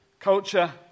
Culture